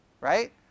right